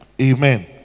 Amen